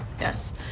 Yes